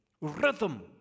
rhythm